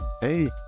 Hey